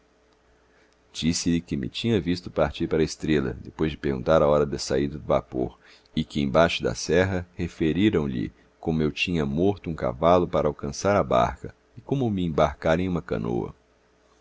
me tinha visto partir para a estrela depois de perguntar a hora da saída do vapor e que embaixo da serra referiram lhe como eu tinha morto um cavalo para alcançar a barca e como me embarcara em uma canoa